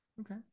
okay